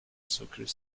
sucre